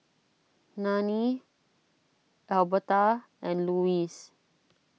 Nanie Alberta and Louis